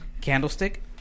Candlestick